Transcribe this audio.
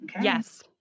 Yes